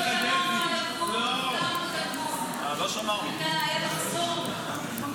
"קשה לחיות למחצה ---/ אם תיזרק פעם לאש / ותתפלל לדלי